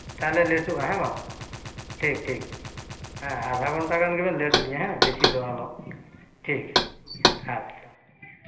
ᱛᱟᱦᱚᱞᱮ ᱞᱮᱴᱚᱜᱼᱟ ᱦᱮᱸ ᱵᱟᱝ ᱴᱷᱤᱠ ᱴᱷᱤᱠ ᱟᱫᱷᱟ ᱜᱷᱚᱱᱴᱟ ᱜᱟᱱ ᱜᱮᱵᱮᱱ ᱞᱮᱴ ᱞᱤᱧᱟ ᱦᱮᱸ ᱵᱮᱥᱤ ᱫᱚ ᱟᱞᱚ ᱴᱷᱤᱠ ᱟᱪᱪᱷᱟ